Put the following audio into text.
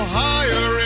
higher